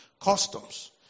Customs